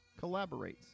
collaborates